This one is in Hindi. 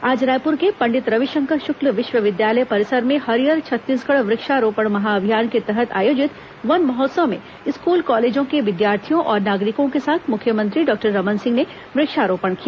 आज रायपुर के पंडित रविशंकर शुक्ल विश्वविद्यालय परिसर में हरियर छत्तीसगढ़ वृक्षारोपण महाभियान के तहत आयोजित वन महोत्सव में स्कूल कॉलेजों के विद्यार्थियों और नागरिकों के साथ मुख्यमंत्री डॉक्टर रमन सिंह ने वृक्षारोपण किया